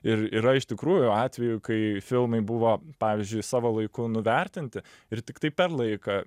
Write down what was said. ir yra iš tikrųjų atvejų kai filmai buvo pavyzdžiui savo laiku nuvertinti ir tiktai per laiką